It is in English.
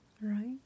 right